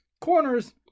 corners